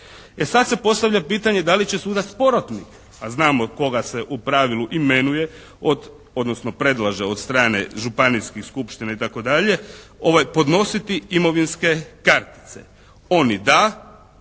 sad se postavlja pitanje da li će sudac porotnik, a znamo koga se u pravilu imenuje od, odnosno predlaže od strane županijskih skupština i tako dalje, podnositi imovinske kartice. Oni da,